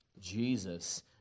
Jesus